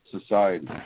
society